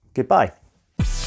Goodbye